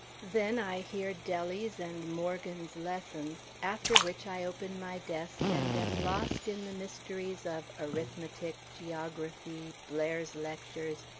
then i hear dellie's and morgan's lessons, after which i open my desk and am lost in the mysteries of arithmetic, geography, blair's lectures,